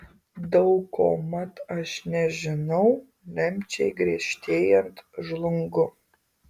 daug ko mat aš nežinau lemčiai griežtėjant žlungu